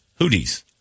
Hoodies